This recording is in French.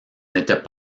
n’était